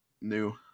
new